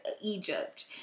Egypt